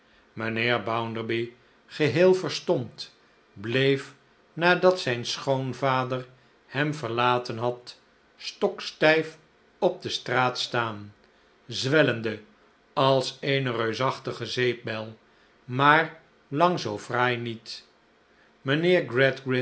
mijnheer bounderby geheel verstomd bleef nadat zijn schoonvader hem verlaten had stokstijf op de straat staan zwellende als eene reusachtige zeepbel maar lang zoo fraai niet